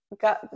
Got